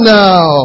now